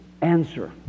Answer